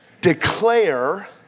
Declare